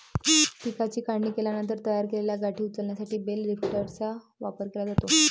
पिकाची काढणी केल्यानंतर तयार केलेल्या गाठी उचलण्यासाठी बेल लिफ्टरचा वापर केला जातो